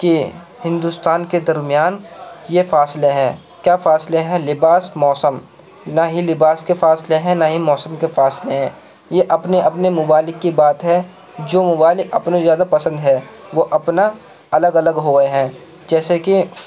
کہ ہندوستان کے درمیان یہ فاصلے ہیں کیا فاصلے ہیں لباس موسم نا ہی لباس کے فاصلے ہیں نا ہی موسم کے فاصلے ہیں یہ اپنے اپنے ممالک کی بات ہے جو ممالک اپنے زیادہ پسند ہے وہ اپنا الگ الگ ہوئے ہیں جیسے کہ